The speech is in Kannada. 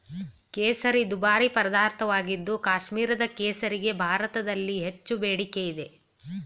ಕೇಸರಿ ದುಬಾರಿ ಪದಾರ್ಥವಾಗಿದ್ದು ಕಾಶ್ಮೀರದ ಕೇಸರಿಗೆ ಭಾರತದಲ್ಲಿ ಹೆಚ್ಚು ಬೇಡಿಕೆ ಇದೆ